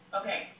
Okay